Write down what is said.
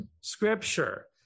Scripture